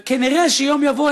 וכנראה שיום יבוא,